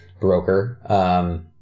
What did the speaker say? broker